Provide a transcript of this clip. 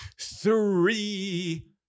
three